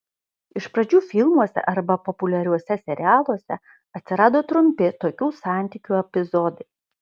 iš pradžių filmuose arba populiariuose serialuose atsirado trumpi tokių santykių epizodai